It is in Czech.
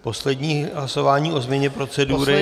Poslední hlasování o změně procedury.